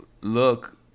look